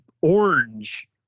orange